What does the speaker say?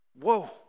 Whoa